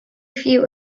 few